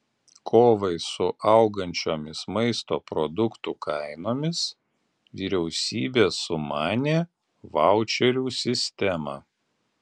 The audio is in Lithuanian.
kovai su augančiomis maisto produktų kainomis vyriausybė sumanė vaučerių sistemą